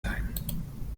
sein